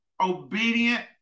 obedient